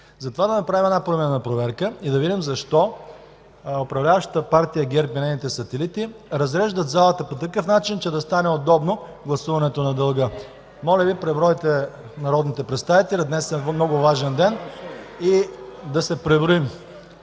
Затова да направим една поименна проверка и да видим защо управляващата Партия ГЕРБ и нейните сателити разреждат залата по такъв начин, че да стане удобно гласуването на дълга. Моля Ви, пребройте народните представители. Днес е много важен ден и да се преброим.